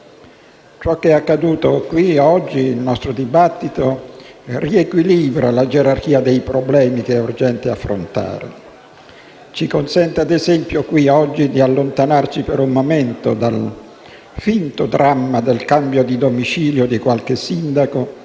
ciò che è accaduto riequilibra la gerarchia dei problemi che è urgente affrontare. Ci consente, ad esempio, qui oggi, di allontanarci per un momento dal finto dramma del cambio di domicilio di qualche Sindaco,